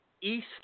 East